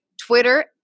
Twitter